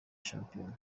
shampiyona